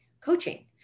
coaching